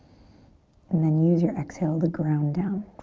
and then use your exhale to ground down.